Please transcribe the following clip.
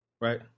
Right